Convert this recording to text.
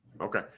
Okay